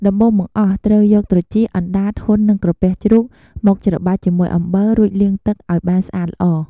ដំបូងបង្អស់ ត្រូវយក ត្រចៀក អណ្ដាត ហ៊ុន និងក្រពះជ្រូក មកច្របាច់ជាមួយ អំបិល រួចលាងទឹកឱ្យបានស្អាតល្អ។